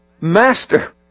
Master